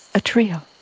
a trio.